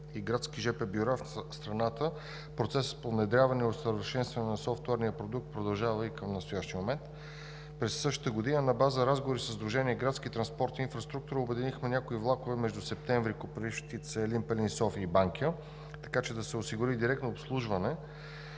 и градски жп бюра в страната. Процесът по внедряване и усъвършенстване на софтуерния продукт продължава и към момента. През същата година, на база разговори със Сдружение „Градски транспорт и инфраструктура“, обединихме някои влакове между Септември, Копривщица, Елин Пелин, София и Банкя, така че да се осигури директно обслужване